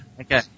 Okay